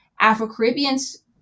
Afro-Caribbeans